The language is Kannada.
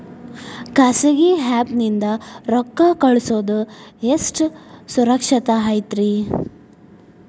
ಖಾಸಗಿ ಆ್ಯಪ್ ನಿಂದ ರೊಕ್ಕ ಕಳ್ಸೋದು ಎಷ್ಟ ಸುರಕ್ಷತಾ ಐತ್ರಿ?